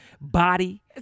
body